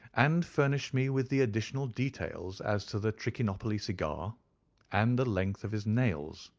and furnished me with the additional details as to the trichinopoly cigar and the length of his nails.